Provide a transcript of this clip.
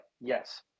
yes